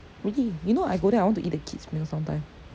really you know I go there I want to eat the kid's meal some time